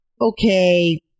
okay